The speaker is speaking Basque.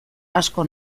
asko